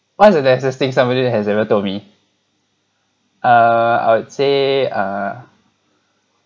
what's the nicest thing somebody has ever told me err I would say err